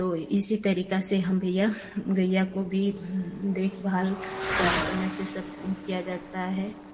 तो इसी तरीका से हम गइया गइया को भी देखभाल समय समय से सब किया जाता है